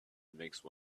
make